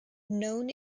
known